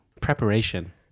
preparation